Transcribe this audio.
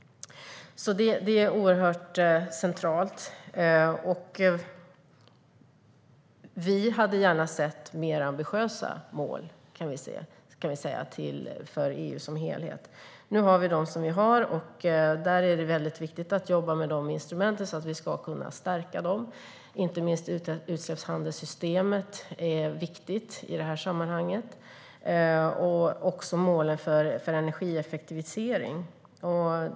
Det är oerhört centralt. Vi hade gärna sett ambitiösare mål för EU som helhet. Men nu har vi de vi har. Det är väldigt viktigt att jobba med de instrumenten och stärka dem. Inte minst är utsläppshandelssystemet viktigt i detta sammanhang, liksom målen för energieffektivisering.